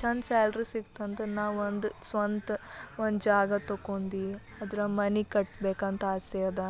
ಛಂದ್ ಸ್ಯಾಲ್ರಿ ಸಿಕ್ತಂದ್ರೆ ನಾ ಒಂದು ಸ್ವಂತ ಒಂದು ಜಾಗ ತಕೊಂಡು ಅದ್ರಗ ಮನೆ ಕಟ್ಬೇಕಂತ ಆಸೆ ಅದ